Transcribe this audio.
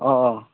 অঁ